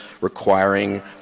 requiring